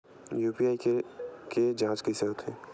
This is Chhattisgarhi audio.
यू.पी.आई के के जांच कइसे होथे?